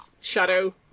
shadow